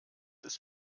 ist